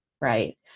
right